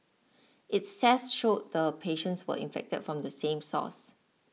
its tests showed the patients were infected from the same source